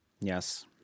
Yes